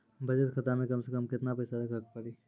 बचत खाता मे कम से कम केतना पैसा रखे पड़ी?